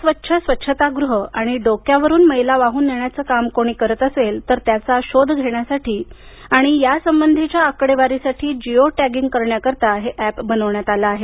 अस्वच्छ स्वच्छतागृह आणि डोक्यावरून मैला वाहून नेण्याचं काम कोणी करत असेल तर त्याचा शोध घेण्यासाठी आणि यासंबंधीच्या आकडेवारीसाठी जिओ टॅगिंग करण्यासाठी हे अॅप बनवण्यात आलं आहे